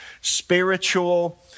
spiritual